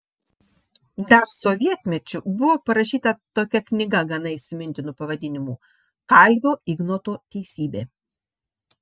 dar sovietmečiu buvo parašyta tokia knyga gana įsimintinu pavadinimu kalvio ignoto teisybė